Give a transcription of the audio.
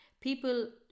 people